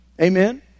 Amen